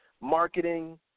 marketing